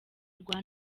rwa